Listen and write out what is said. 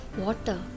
water